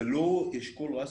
זה לא אשכול רשמי,